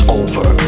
over